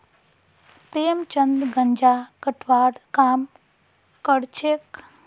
प्रेमचंद गांजा कटवार काम करछेक